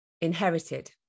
inherited